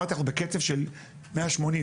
אנחנו בקצב של 180,